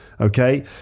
Okay